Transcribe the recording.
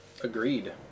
Agreed